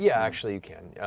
yeah actually, you can.